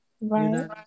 right